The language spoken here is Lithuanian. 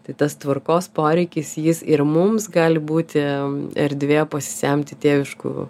tai tas tvarkos poreikis jis ir mums gali būti erdvė pasisemti tėviškų